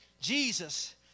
Jesus